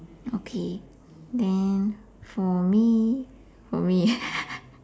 okay then for me for me ah